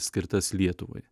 skirtas lietuvai